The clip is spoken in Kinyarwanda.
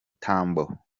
tambo